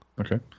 Okay